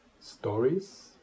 stories